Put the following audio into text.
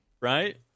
Right